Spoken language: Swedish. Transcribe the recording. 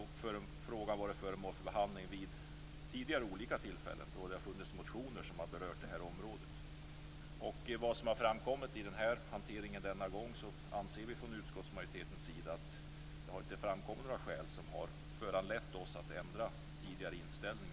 Frågan har varit föremål för behandling vid olika tillfällen tidigare då det funnits motioner som har berört det här området. I hanteringen denna gång anser vi från utskottsmajoritetens sida inte att det har framkommit några skäl som har föranlett oss att ändra tidigare inställning.